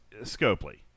Scopely